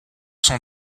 son